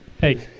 Hey